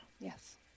yes